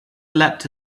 leapt